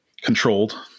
controlled